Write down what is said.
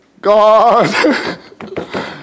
God